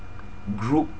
group